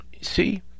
see